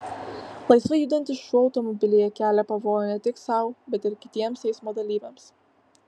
laisvai judantis šuo automobilyje kelia pavojų ne tik sau bet ir kitiems eismo dalyviams